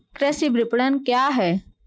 कृषि विपणन क्या है?